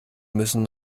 müssen